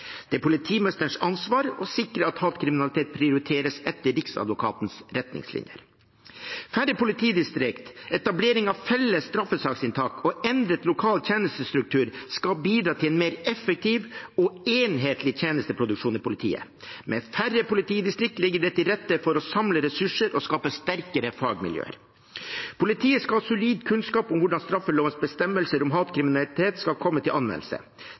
Det er politimesterens ansvar å sikre at hatkriminalitet prioriteres etter Riksadvokatens retningslinjer. Færre politidistrikter, etablering av Felles straffesaksinntak og endret lokal tjenestestruktur skal bidra til en mer effektiv og enhetlig tjenesteproduksjon i politiet. Med færre politidistrikter legger man til rette for å samle ressurser og skape sterkere fagmiljøer. Politiet skal ha solid kunnskap om hvordan straffelovens bestemmelser om hatkriminalitet skal komme til anvendelse.